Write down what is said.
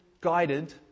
guided